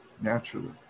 naturally